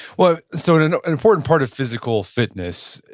well, so an and an important part of physical fitness,